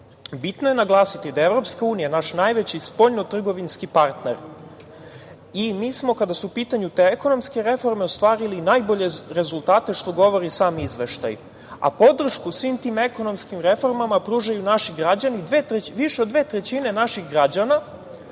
je naglasiti da je Evropska unija naš najveći spoljno-trgovinski partner. Mi smo kada su u pitanju te ekonomske reforme ostvarili najbolje rezultate, što govori i sam izveštaj. A, podršku svim tim ekonomskim reformama pružaju naši građani, više od dve trećine naših građana,